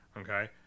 okay